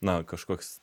na kažkoks